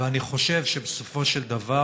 אני חושב שבסופו של דבר